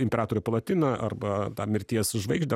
imperatorių platiną arba tą mirties žvaigždę